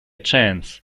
chance